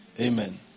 Amen